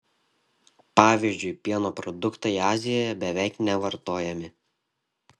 pavyzdžiui pieno produktai azijoje beveik nevartojami